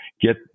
get